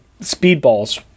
Speedball's